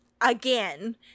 again